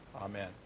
Amen